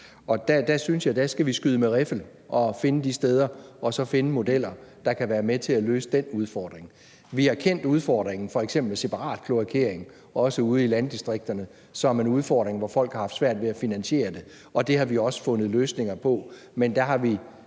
og der synes jeg, at vi skal skyde med riffel og finde de steder og så finde modeller, der kan være med til at løse den udfordring. Vi har kendt udfordringen med f.eks. separat kloakering også ude i landdistrikterne som en udfordring, hvor folk har haft svært ved at finansiere det, og det har vi også fundet løsninger på, men der har vi,